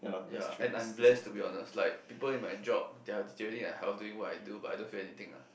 ya and I'm blessed to be honest like people in job they are deteriorating their health doing what I do but I don't feel anything lah